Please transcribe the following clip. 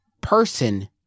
person